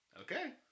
Okay